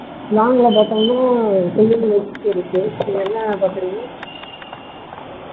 லாங்கில பார்த்தோம்னா கொல்லிமலை ஹில்ஸ் இருக்கு இதில் என்ன பாக்கறிங்க